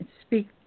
speak